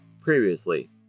Previously